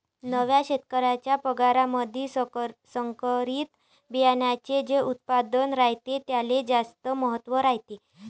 नव्या शेतीच्या परकारामंधी संकरित बियान्याचे जे उत्पादन रायते त्याले ज्यादा महत्त्व रायते